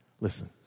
Listen